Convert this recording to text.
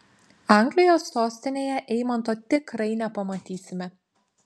anglijos sostinėje eimanto tikrai nepamatysime